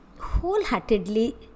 wholeheartedly